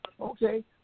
Okay